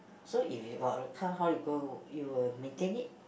so if you got a car how you go you will maintain it